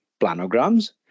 planograms